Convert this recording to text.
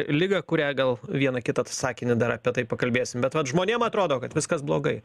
ligą kurią gal vieną kitą sakinį dar apie tai pakalbėsim bet vat žmonėm atrodo kad viskas blogai